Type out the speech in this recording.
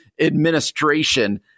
administration